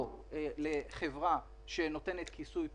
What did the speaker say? לסירוגין.